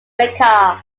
erica